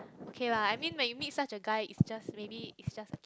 okay lah I mean when you meet such a guy is just maybe is just a kid